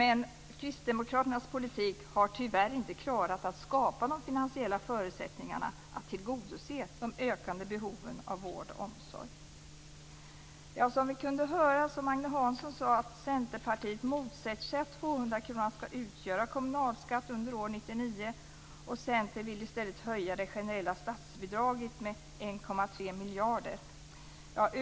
Men Kristdemokraternas politik har tyvärr inte klarat att skapa de finansiella förutsättningarna för att tillgodose de ökande behoven av vård och omsorg. Som vi kunde höra sade Agne Hansson att Centerpartiet motsätter sig att 200-kronan skall utgöra kommunalskatt under år 1999. Centern vill i stället höja det generella statsbidraget med 1,3 miljarder kronor.